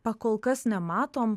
pakolkas nematom